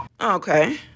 Okay